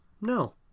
No